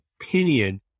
Opinion